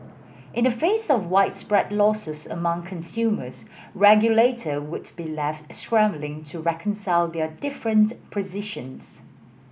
in the face of widespread losses among consumers regulator would be left scrambling to reconcile their different positions